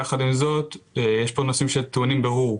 יחד עם זאת יש פה נושאים שטעונים בירור.